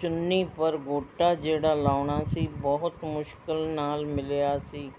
ਚੁੰਨੀ ਪਰ ਗੋਟਾ ਜਿਹੜਾ ਲਾਉਣਾ ਸੀ ਬਹੁਤ ਮੁਸ਼ਕਲ ਨਾਲ਼ ਮਿਲਿਆ ਸੀ